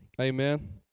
Amen